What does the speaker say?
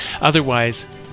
otherwise